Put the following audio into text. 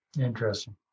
Interesting